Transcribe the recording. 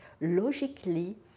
logically